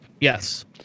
Yes